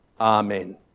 Amen